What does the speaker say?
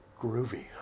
groovy